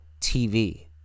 TV